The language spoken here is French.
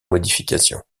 modifications